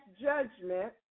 judgment